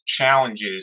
challenges